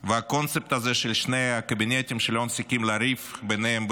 והקונספט הזה של שני הקבינטים שלא מפסיקים לריב ביניהם,